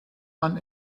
man